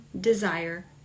desire